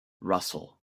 russell